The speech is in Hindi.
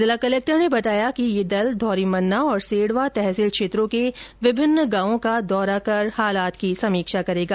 जिला कलेक्टर ने बताया कि ये दल धौरीमन्ना और सेडवा तहसील क्षेत्रों के विभिन्न गांवों का दौरा कर हालात की समीक्षा करेगा